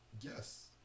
Yes